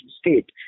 state